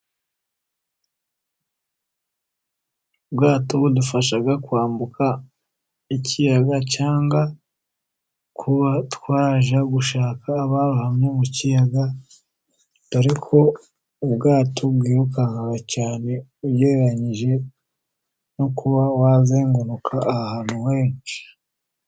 Ubwato budufasha kwambuka ikiyaga cyangwa kuba twajya gushaka abarohamye mu kiyaga, dore ko ubwato bwirukanka cyane ugereranyije no kuba wazenguruka ahantu henshi.